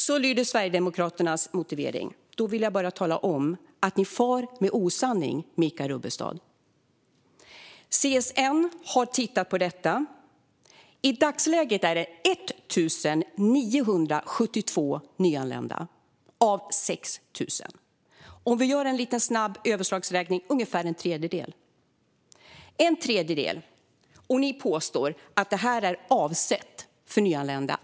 Så lyder Sverigedemokraternas motivering. Då vill jag bara tala om att ni far med osanning, Michael Rubbestad. CSN har tittat på detta. I dagsläget är det fråga om 1 972 nyanlända av 6 000. Om vi gör en snabb överslagsräkning är det ungefär en tredjedel. Ni påstår att stödet är avsett för nyanlända.